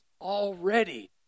already